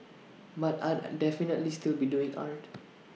but I'll definitely still be doing art